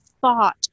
thought